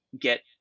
get